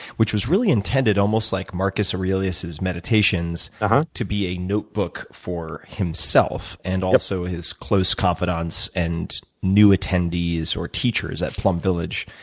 which was really intended almost like marcus aurelius's meditations to be a notebook for himself and also his close confidants and new attendees or teachers at plum village,